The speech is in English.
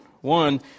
One